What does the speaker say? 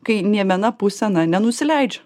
kai niemena pusė na nenusileidžia